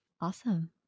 Awesome